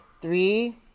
three